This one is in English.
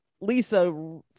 lisa